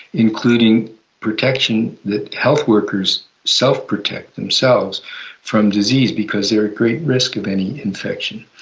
including protection that health workers self-protect themselves from disease, because they are at great risk of any infection.